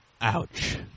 Ouch